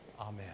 Amen